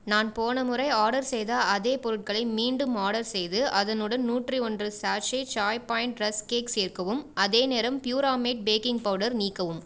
நான் போன முறை ஆர்டர் செய்த அதே பொருட்களை மீண்டும் ஆர்டர் செய்து அதனுடன் நூற்றி ஒன்று sachet Chai Point rusk cake சேர்க்கவும் அதேநேரம் பியூராமேட் பேக்கிங் பவுடர் நீக்கவும்